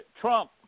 Trump